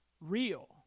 real